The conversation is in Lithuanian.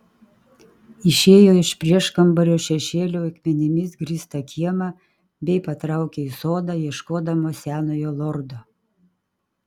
išėjo iš prieškambario šešėlio į akmenimis grįstą kiemą bei patraukė į sodą ieškodama senojo lordo